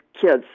kids